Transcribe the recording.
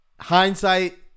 hindsight